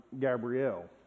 Gabrielle